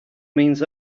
means